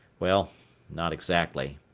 well not exactly.